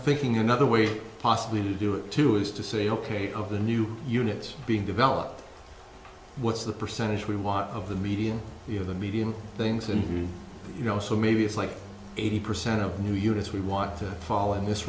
thinking another way possibly to do it to is to say ok of the new units being developed what's the percentage we want of the median you have a medium things and you know so maybe it's like eighty percent of new units we want to fall in this